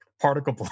particle